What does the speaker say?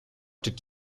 did